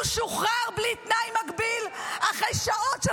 הוא שוחרר בלי תנאי מגביל אחרי שעות של